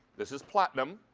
this is platinum.